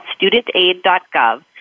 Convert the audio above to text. StudentAid.gov